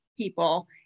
People